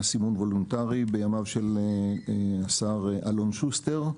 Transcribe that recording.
סימון וולונטרי בימיו של השר אלון שוסטר.